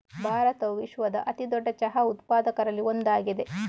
ಭಾರತವು ವಿಶ್ವದ ಅತಿ ದೊಡ್ಡ ಚಹಾ ಉತ್ಪಾದಕರಲ್ಲಿ ಒಂದಾಗಿದೆ